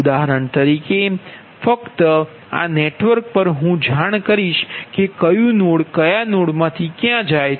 ઉદાહરણ તરીકે ફક્ત આ નેટવર્ક પર હું જાણ કરીશ કે કયુ નોડ કયા નોડમાંથી જાય છે